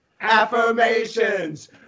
Affirmations